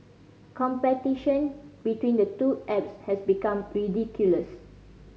competition between the two apps has become ridiculous